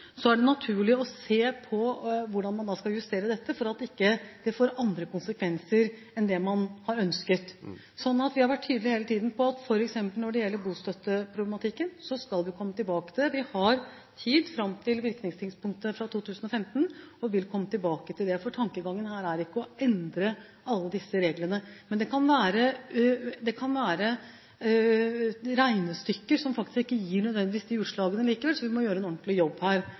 er det naturlig å se på hvordan man skal justere dette for at det ikke får andre konsekvenser enn det man har ønsket. Så vi har hele tiden vært tydelige på at f.eks. når det gjelder bostøtteproblematikken, skal vi komme tilbake til det. Vi har tid fram til virkningstidspunktet fra 2015 og vil komme tilbake til det. Tankegangen her er ikke å endre alle disse reglene. Men det kan være regnestykker som nødvendigvis ikke gir de utslagene likevel, så vi må gjøre en ordentlig jobb her.